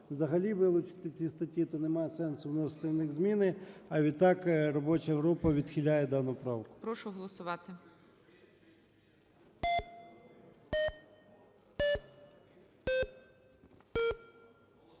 взагалі вилучити ці статті, то немає сенсу вносити в них зміни. А відтак робоча група відхиляє дану правку.